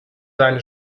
seine